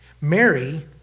Mary